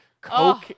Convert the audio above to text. coke